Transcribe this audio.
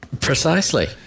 Precisely